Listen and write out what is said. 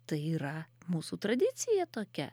tai yra mūsų tradicija tokia